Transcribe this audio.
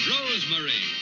Rosemary